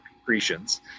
concretions